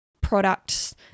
products